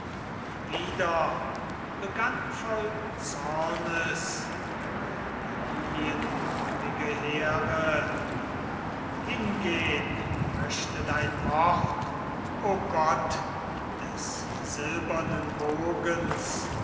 wieder begann voll zornes die lilienarmige here hingehn möchte dein wort o gott des silberner bogens